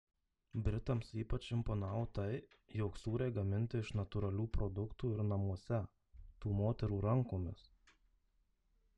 britams ypač imponavo tai jog sūriai gaminti iš natūralių produktų ir namuose tų moterų rankomis